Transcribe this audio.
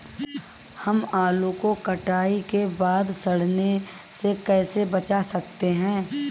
हम आलू को कटाई के बाद सड़ने से कैसे बचा सकते हैं?